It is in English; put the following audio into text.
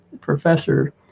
professor